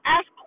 Ask